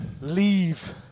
Leave